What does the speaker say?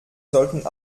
sollten